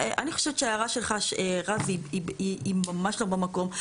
אני חושבת שההערה שלך, רז, היא ממש לא במקום.